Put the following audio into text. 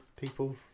people